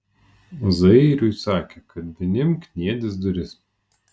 zairiui sakė kad vinim kniedys duris